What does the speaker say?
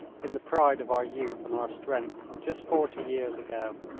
in the pride of our youth and our strength, just forty years ago.